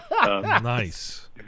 Nice